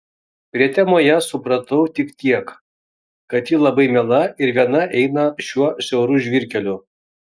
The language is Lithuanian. prietemoje supratau tik tiek kad ji labai miela ir viena eina šiuo siauru žvyrkeliu